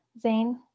Zane